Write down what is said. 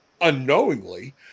unknowingly